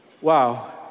wow